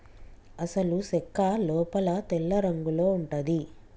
అసలు సెక్క లోపల తెల్లరంగులో ఉంటది